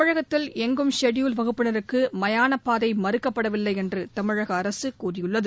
தமிழகத்தில் எங்கும் ஷெடியூல்ட் வகுப்பினருக்கு மயான பாதை மறுக்கப்படவில்லை என்று தமிழக அரசு கூறியுள்ளது